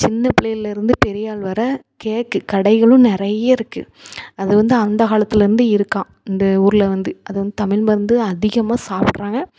சின்ன பிள்ளையிலேருந்து பெரியாள் வரை கேக்கு கடைகளும் நிறைய இருக்குது அது வந்து அந்த காலத்தில் இருந்து இருக்கா இந்த ஊரில் வந்து அது வந்து தமிழ் மருந்து அதிகமாக சாப்பிட்றாங்க